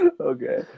Okay